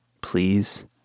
Please